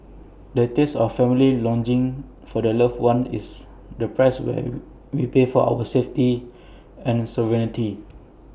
the tears of families longing for their loved ones is the price we pay for our safety and sovereignty